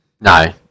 No